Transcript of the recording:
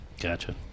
Gotcha